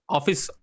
Office